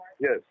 Yes